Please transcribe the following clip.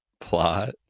plot